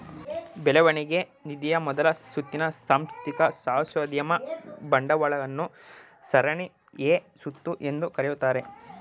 ಬೆಳವಣಿಗೆ ನಿಧಿಯ ಮೊದಲ ಸುತ್ತಿನ ಸಾಂಸ್ಥಿಕ ಸಾಹಸೋದ್ಯಮ ಬಂಡವಾಳವನ್ನ ಸರಣಿ ಎ ಸುತ್ತು ಎಂದು ಕರೆಯುತ್ತಾರೆ